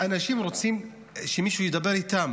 אנשים רוצים שמישהו ידבר איתם,